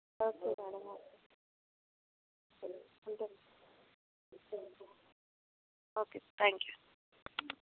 okay madam okay ఉంటాను okay thank you